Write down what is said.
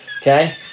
okay